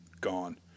Gone